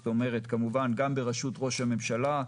זאת אומרת כמובן ראש הממשלה,